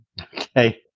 Okay